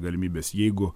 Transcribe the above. galimybės jeigu